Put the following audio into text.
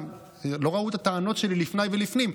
לא ראו את הטענות שלי לפני ולפנים,